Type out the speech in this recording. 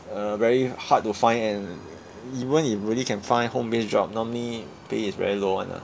uh very hard to find and even if really can find home based job normally pay is very low [one] ah